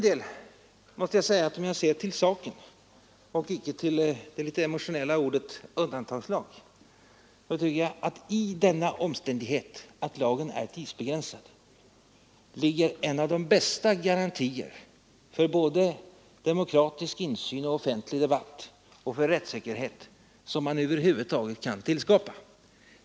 Om jag ser till saken och inte till det emotionella ordet undantagslag tycker jag att i den omständigheten att lagen är tidsbegränsad ligger en av de bästa garantierna för både demokratisk insyn, offentlig debatt och rättssäkerhet som man över huvud taget kan skapa.